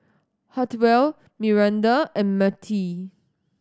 Hartwell Miranda and Mertie